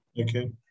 Okay